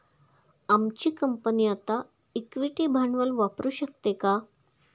आमची कंपनी आता इक्विटी भांडवल वापरू शकते का?